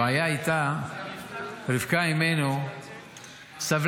הבעיה הייתה שרבקה אימנו סבלה.